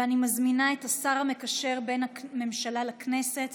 אני מזמינה את השר המקשר בין הממשלה לכנסת